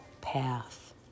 path